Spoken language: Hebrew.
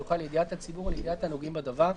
המיוחד לידיעת הציבור ולידיעת הנוגעים בדבר,